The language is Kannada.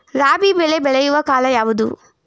ರಾಬಿ ಬೆಳೆ ಬೆಳೆಯುವ ಕಾಲ ಯಾವುದು?